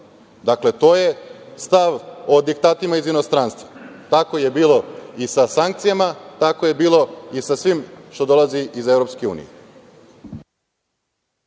Dakle, to je stav o diktatima iz inostranstva. Tako je bilo i sa sankcijama, tako je bilo i sa svim što dolazi iz EU.